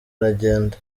aragenda